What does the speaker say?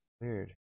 weird